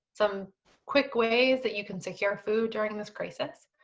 some quick ways that you can secure food during this crisis.